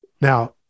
Now